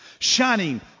Shining